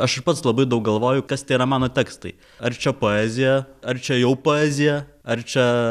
aš ir pats labai daug galvoju kas tie yra mano tekstai ar čia poezija ar čia jau poezija ar čia